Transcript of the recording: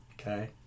Okay